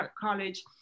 college